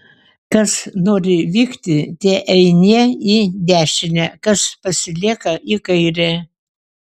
kas nori vykti teeinie į dešinę kas pasilieka į kairę